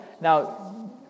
Now